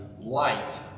light